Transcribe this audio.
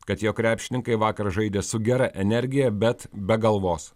kad jo krepšininkai vakar žaidė su gera energija bet be galvos